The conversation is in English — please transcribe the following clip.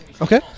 Okay